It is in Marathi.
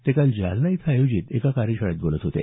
ते काल जालना इथं आयोजित एका कार्यशाळेत बोलत होते